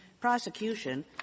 Prosecution